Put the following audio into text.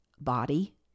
body